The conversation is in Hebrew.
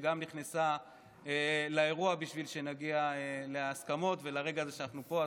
שנכנסה לאירוע בשביל שנגיע להסכמות ולרגע הזה שאנחנו פה.